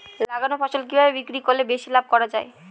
লাগানো ফসল কিভাবে বিক্রি করলে বেশি লাভ করা যায়?